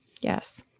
Yes